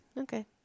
Okay